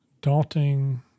daunting